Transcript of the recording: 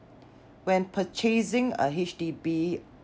when purchasing a H_D_B